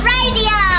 Radio